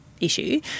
issue